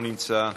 לא נמצא,